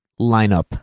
lineup